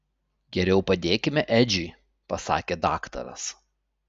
geriau padėkime edžiui pasakė daktaras